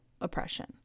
oppression